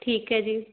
ਠੀਕ ਹੈ ਜੀ